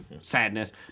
sadness